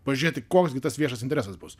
pažiūrėti koks gi tas viešas interesas bus